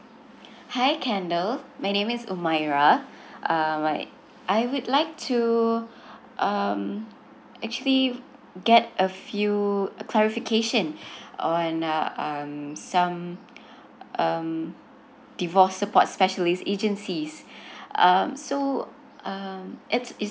hi kendall my name is umaira um right I would like to um actually get a few clarification on uh um some um divorce support specialist agencies so um it's it's